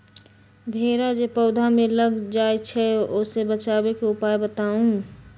भेरा जे पौधा में लग जाइछई ओ से बचाबे के उपाय बताऊँ?